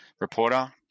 reporter